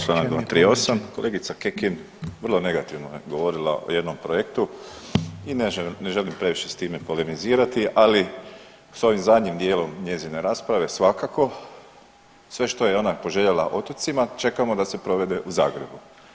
Čl. 238., kolegica Kekin vrlo negativno je govorila o jednom projektu i ne želim previše s time polemizirati, ali s ovim zadnjim dijelom njezine rasprave svakako, sve što je ona poželjela otocima čekamo da se provede u Zagrebu.